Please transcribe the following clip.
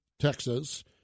Texas